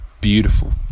beautiful